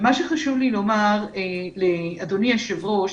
חשוב לי לומר לאדוני היושב ראש